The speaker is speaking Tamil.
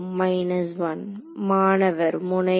மைனஸ் 1 மாணவர் முனைகள்